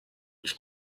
ich